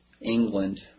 England